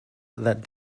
that